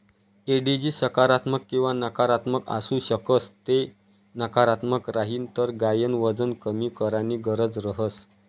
एडिजी सकारात्मक किंवा नकारात्मक आसू शकस ते नकारात्मक राहीन तर गायन वजन कमी कराणी गरज रहस